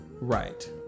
Right